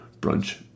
brunch